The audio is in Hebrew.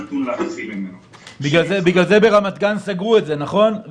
בגלל זה ברמת גן סגרו את זה, נכון?